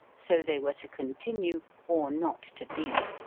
so they were to continue, or not to be.